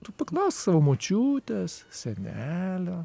tu paklausk savo močiutės senelio